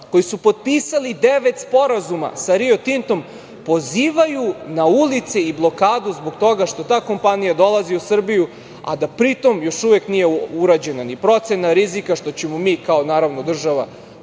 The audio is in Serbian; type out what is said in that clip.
koji su potpisali devet sporazuma sa “Rio Tintom“, pozivaju na ulice i blokadu zbog toga što ta kompanija dolazi u Srbiju, a da pri tome još uvek nije ni urađena ni procena rizika, što ćemo mi, naravno, kao